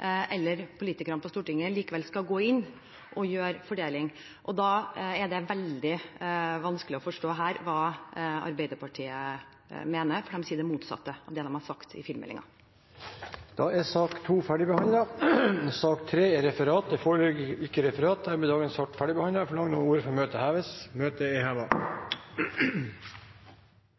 eller politikerne på Stortinget likevel skal gå inn og foreta en fordeling. Da er det veldig vanskelig å forstå hva Arbeiderpartiet her mener, for de sier det motsatte av det de har sagt i filmmeldingen. Dermed er sak nr. 2 ferdigbehandlet. Det foreligger ikke noe referat. Dermed er dagens kart ferdigbehandlet. Forlanger noen ordet før møtet heves? – Møtet er